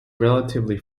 relatively